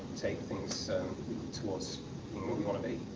take things towards be.